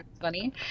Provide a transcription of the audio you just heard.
funny